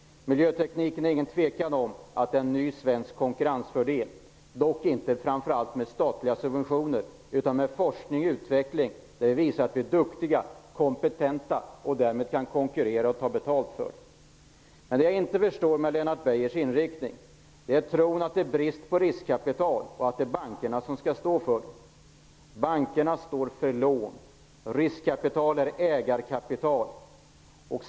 Det är ingen tvekan om att miljötekniken innebär en ny svensk konkurrensfördel, dock inte framför allt med statliga subventioner utan med forskning och utveckling, där vi visar att vi är duktiga, kompetenta och därmed kan konkurrera och ta betalt. Vad jag inte förstår med Lennart Beijers inriktning är tron att det är brist på riskkapital och att det är bankerna som skall stå för detta. Bankerna står för lån. Riskkapital är ägarkapital.